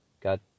got